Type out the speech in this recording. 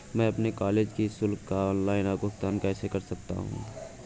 मैं अपने कॉलेज की शुल्क का ऑनलाइन भुगतान कैसे कर सकता हूँ?